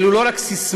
אלו לא רק ססמאות,